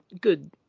good